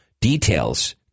Details